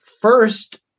first